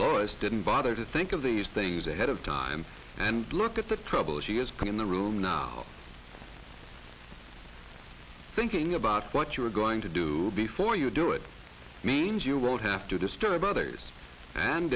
lawyers didn't bother to think of these things ahead of time and look at the trouble she is going in the room now thinking about what you are going to do before you do it means you won't have to disturb others